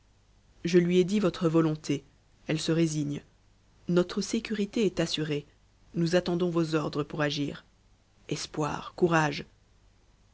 je lui ai dit votre volonté elle se résigne notre sécurité est assurée nous attendons vos ordres pour agir espoir courage